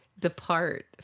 depart